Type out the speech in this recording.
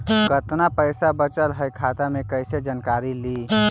कतना पैसा बचल है खाता मे कैसे जानकारी ली?